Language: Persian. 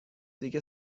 دیگه